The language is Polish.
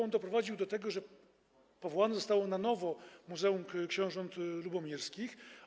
On doprowadził do tego, że powołane zostało na nowo Muzeum Książąt Lubomirskich.